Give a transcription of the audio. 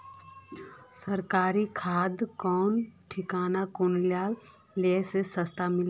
सरकारी खाद कौन ठिना कुनियाँ ले सस्ता मीलवे?